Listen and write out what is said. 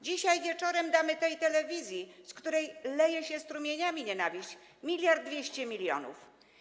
Dzisiaj wieczorem damy tej telewizji, z której leje się strumieniami nienawiść, 1200 mln.